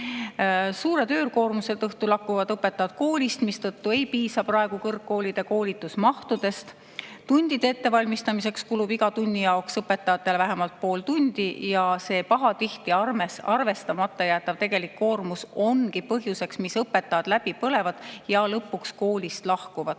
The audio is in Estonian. Suure töökoormuse tõttu lahkuvad õpetajad koolist, mistõttu praegu kõrgkoolide koolitusmahtudest ei piisa. Tundide ettevalmistamiseks kulub õpetajal iga tunni jaoks vähemalt pool tundi ja kogu see pahatihti arvestamata jäetav tegelik koormus ongi põhjuseks, miks õpetajad läbi põlevad ja lõpuks koolist lahkuvad.